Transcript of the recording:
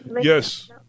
Yes